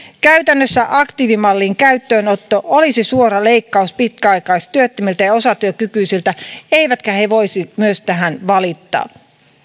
käytännössä aktiivimallin käyttöönotto olisi suora leikkaus pitkäaikaistyöttömiltä ja osatyökykyisiltä eivätkä he voisi myöskään tästä valittaa